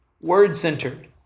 word-centered